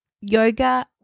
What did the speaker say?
yoga